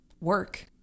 work